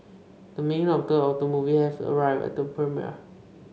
the main actor of the movie has arrived at the premiere